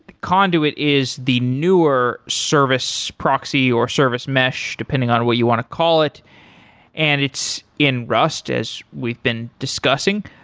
conduit is the newer service proxy or service mesh depending on what you want to call it and it's in rust as we've been discussing.